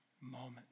moment